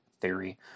theory